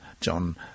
John